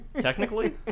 Technically